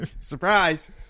surprise